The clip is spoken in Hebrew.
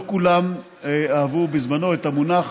לא כולם אהבו בזמנו את המונח